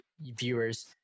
viewers